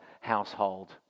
household